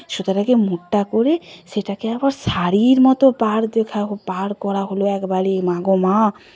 সুতোটাকে মোটা করে সেটাকে আবার শাড়ির মতো পাড় দেখা হ পাড় করা হলো একবারে মাগো মা